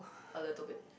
a little bit